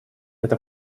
это